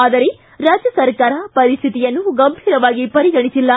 ಆದರೆ ರಾಜ್ಯ ಸರ್ಕಾರ ಪರಿಸ್ಥಿತಿಯನ್ನು ಗಂಭೀರವಾಗಿ ಪರಿಗಣಿಸಿಲ್ಲ